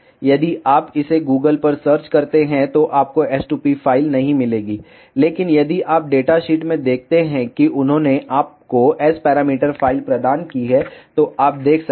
यदि आप इसे Google पर सर्च करते हैं तो आपको s2p फ़ाइल नहीं मिलेगी लेकिन यदि आप डेटा शीट में देखते हैं कि उन्होंने आपको S पैरामीटर फ़ाइल प्रदान की है तो आप देख सकते हैं